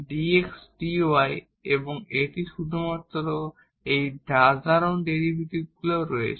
dx dy এবং এটি শুধুমাত্র এই সাধারণ ডেরিভেটিভগুলিও রয়েছে